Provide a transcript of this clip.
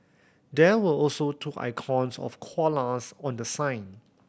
there were also two icons of koalas on the sign